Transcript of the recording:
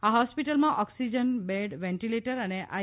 આ હોસ્પિટલમાં oxygen bed ventilator અને આઈ